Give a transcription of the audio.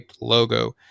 logo